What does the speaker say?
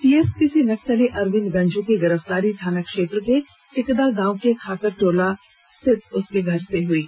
TSPC नक्सली अरविंद गंझू की गिरफ्तारी थाना क्षेत्र के टिकदा गांव के खाकर टोला स्थित उसके घर से हुई है